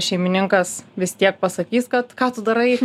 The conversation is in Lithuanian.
šeimininkas vis tiek pasakys kad ką tu darai